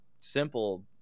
simple